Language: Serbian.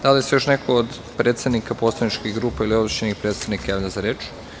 Da li se još neko od predsednika poslaničkih grupa ili ovlašćenih predstavnika javlja za reč?